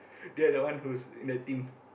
there that one who's in the team